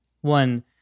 one